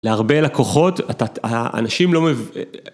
להרבה לקוחות, אתת האנשים לא מבינים.